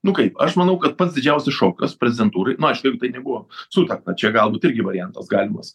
nu kaip aš manau kad pats didžiausias šokas prezidentūrai nu aišku jeigu tai nebuvo sutarta tai čia galbūt irgi variantas galimas